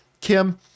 kim